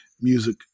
music